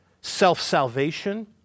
self-salvation